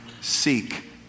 seek